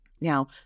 Now